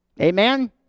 Amen